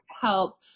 Help